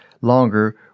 longer